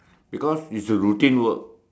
because it's a routine work